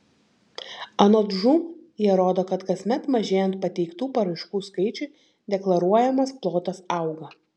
anot žūm jie rodo kad kasmet mažėjant pateiktų paraiškų skaičiui deklaruojamas plotas auga